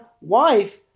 wife